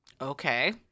okay